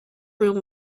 room